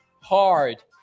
hard